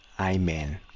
Amen